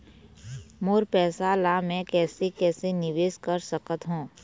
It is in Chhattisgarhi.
मोर पैसा ला मैं कैसे कैसे निवेश कर सकत हो?